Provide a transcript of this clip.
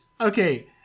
Okay